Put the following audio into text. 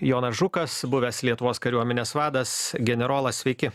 jonas žukas buvęs lietuvos kariuomenės vadas generolas sveiki